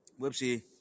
Whoopsie